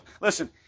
listen